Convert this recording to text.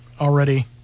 already